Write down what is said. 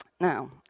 Now